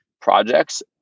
projects